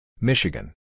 Michigan